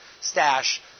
stash